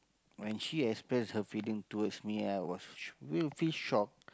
when she express her feeling towards me I was will feel shocked